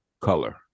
color